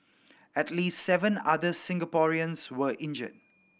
at least seven other Singaporeans were injured